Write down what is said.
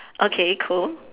okay cool